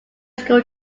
school